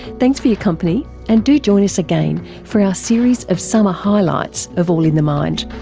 thanks for your company, and do join us again for our series of summer highlights of all in the mind